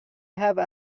have